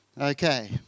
Okay